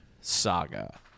saga